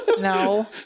No